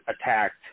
attacked